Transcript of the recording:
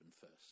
first